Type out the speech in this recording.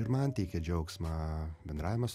ir man teikia džiaugsmą bendravimas